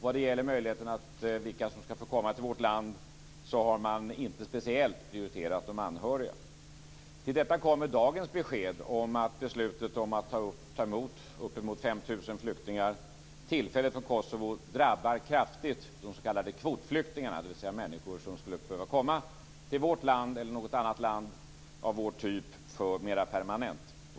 Vad gäller vilka som skall komma till vårt land har man inte speciellt prioriterat de anhöriga. Till detta kommer dagens besked om att beslutet om att ta emot uppemot 5 000 flyktingar tillfälligt från Kosovo kraftigt drabbar de s.k. kvotflyktingarna, dvs. människor som skulle behöva komma till vårt land eller något annat land av vår typ mera permanent.